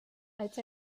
als